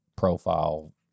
profile